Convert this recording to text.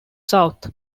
south